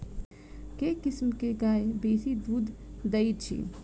केँ किसिम केँ गाय बेसी दुध दइ अछि?